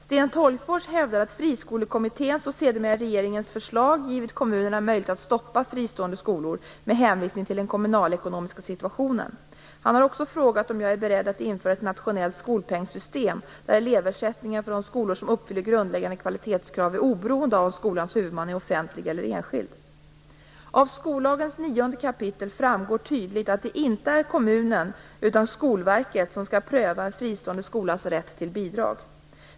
Sten Tolgfors hävdar att Friskolekommitténs och sedermera regeringens förslag givit kommunerna möjlighet att stoppa fristående skolor med hänvisning till den kommunalekonomiska situationen. Han har också frågat om jag är beredd att införa ett nationellt skolpengssystem, där eleversättningen för de skolor som uppfyller grundläggande kvalitetskrav är oberoende av om skolans huvudman är offentlig eller enskild. Av skollagens nionde kapitel framgår tydligt att det inte är kommunerna utan Skolverket som skall pröva en fristående skolas rätt till bidrag.